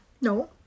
No